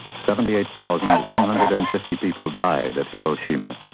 seventy eight thousand one hundred and fifty people died at hiroshima.